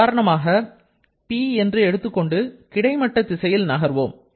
உதாரணமாக P என்று எடுத்துக் கொண்டு கிடைமட்ட திசையில் நகர்வோம்